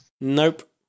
Nope